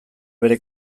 bere